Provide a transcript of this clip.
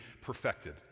perfected